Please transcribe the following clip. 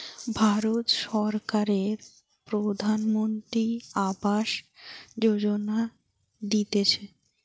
ভারত সরকারের প্রধানমন্ত্রী আবাস যোজনা দিতেছে